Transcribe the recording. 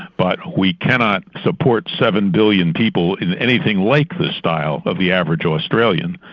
but we cannot support seven billion people in anything like the style of the average australian,